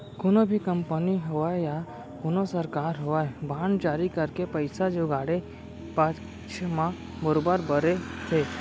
कोनो भी कंपनी होवय या कोनो सरकार होवय बांड जारी करके पइसा जुगाड़े पक्छ म बरोबर बरे थे